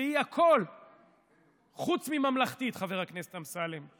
שהיא הכול חוץ מממלכתית, חבר הכנסת אמסלם.